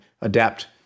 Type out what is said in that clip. adapt